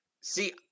See